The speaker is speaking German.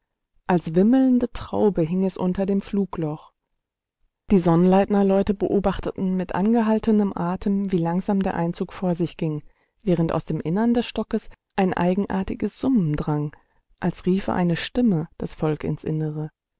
als wimmelnde traube hing es unter dem flugloch die sonnleitnerleute beobachteten mit angehaltenem atem wie langsam der einzug vor sich ging während aus dem innern des stockes ein eigenartiges summen drang als riefe eine stimme das volk ins innere